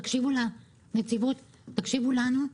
תקשיבו לנציבות, תקשיבו לנו.